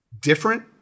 different